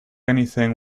anything